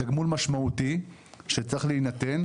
תגמול משמעותי שצריך להינתן.